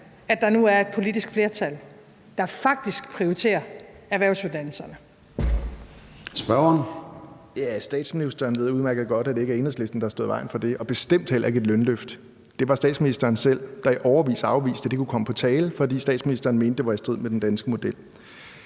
(Søren Gade): Spørgeren. Kl. 14:05 Pelle Dragsted (EL): Statsministeren ved jo udmærket godt, at det ikke er Enhedslisten, der har stået i vejen for det og bestemt heller ikke et lønløft. Det var statsministeren selv, der i årevis afviste, at det kunne komme på tale, fordi statsministeren mente, at det var i strid med den danske model.